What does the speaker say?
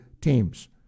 teams